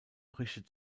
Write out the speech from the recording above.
richtet